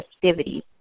festivities